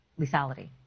Lethality